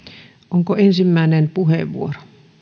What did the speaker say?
onko ensimmäinen puheenvuoro